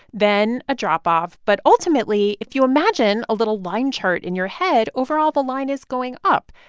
then a drop-off. but ultimately, if you imagine a little line chart in your head, overall, the line is going up.